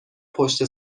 پشت